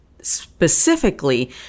specifically